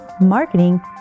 marketing